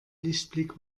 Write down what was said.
lichtblick